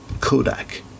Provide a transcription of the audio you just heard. Kodak